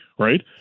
right